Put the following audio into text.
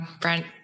Brent